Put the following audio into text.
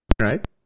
right